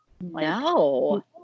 No